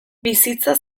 bizitza